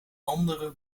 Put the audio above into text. andere